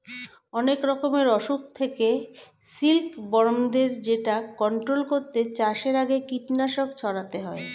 অনেক রকমের অসুখ থেকে সিল্ক বর্মদের যেটা কন্ট্রোল করতে চাষের আগে কীটনাশক ছড়াতে হয়